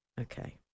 Okay